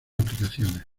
aplicaciones